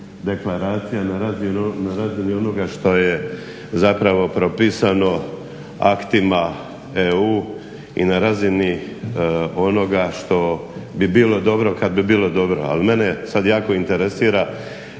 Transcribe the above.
na razini onoga što je zapravo propisano aktima EU i na razini onoga što bi bilo dobro kad bi bilo dobro. ali mene sad jako interesira